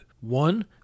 One